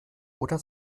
oder